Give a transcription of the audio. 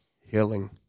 healing